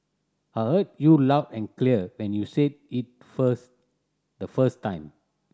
I heard you loud and clear when you said it first the first time